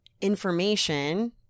information